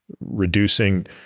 reducing